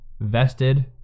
vested